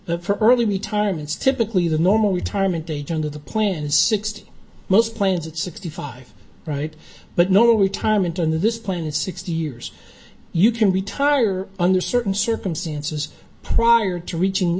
for early retirements typically the normal retirement age under the plan is sixty most plans at sixty five right but no retirement on this plan is sixty years you can retire under certain circumstances prior to reaching